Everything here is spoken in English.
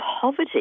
poverty